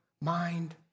mind